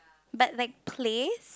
but like place